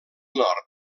nord